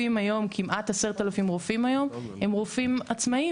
כמעט 10,000 רופאים היום הם רופאים עצמאיים.